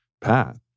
path